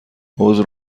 حوض